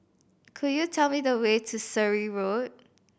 could you tell me the way to Surrey Road